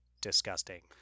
disgusting